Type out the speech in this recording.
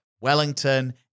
Wellington